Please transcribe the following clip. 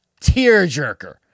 tearjerker